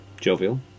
jovial